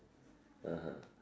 (uh huh)